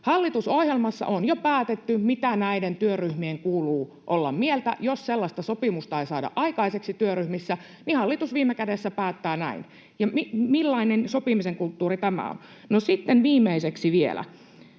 Hallitusohjelmassa on jo päätetty, mitä näiden työryhmien kuuluu olla mieltä. Jos sellaista sopimusta ei saada aikaiseksi työryhmissä, niin hallitus viime kädessä päättää näin. Millainen sopimisen kulttuuri tämä on? Sitten viimeiseksi vielä